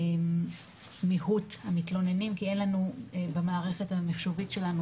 מיעוט המתלוננים כי אין לנו במערכת המחשובית שלנו,